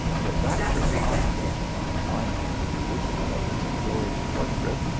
the rapture of ahmed on finding the original of his adored portrait,